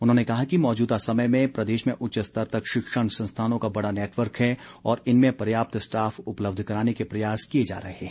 उन्होंने कहा कि मौजूदा समय में प्रदेश में उच्च स्तर तक शिक्षण संस्थानों का बड़ा नेटवर्क है और इनमें पर्याप्त स्टाफ उपलब्ध कराने के प्रयास किए जा रहे हैं